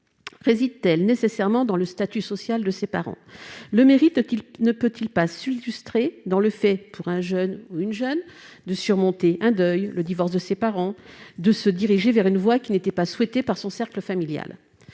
réside-t-elle nécessairement dans le statut social de ses parents ? Le mérite ne peut-il pas s'illustrer dans le fait, pour un jeune ou une jeune, de surmonter un deuil, le divorce de ses parents, de se diriger vers une voie qui n'était pas souhaitée par son cercle familial ?